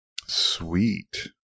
Sweet